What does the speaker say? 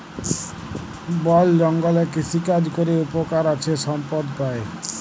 বল জঙ্গলে কৃষিকাজ ক্যরে উপকার আছে সম্পদ পাই